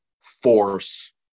force